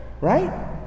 Right